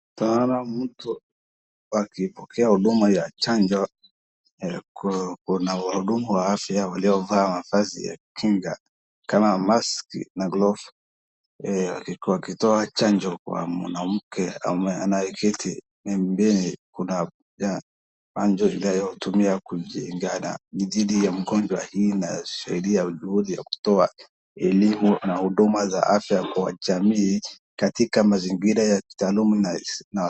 Naona mtu akipokea huduma ya chanjo, kuna wahudumu wa afya waliovaa mavazi ya kinga kama maski na glovu wakitoa chanjo kwa mwanamke anayeketi pembeni kuna chanjo inayotumika kukingana dhidi ya ugonjwa hii na sheria juhudi ya kutoa elimu na huduma za afya kwa jamii, katika mazingira ya kitaalamu.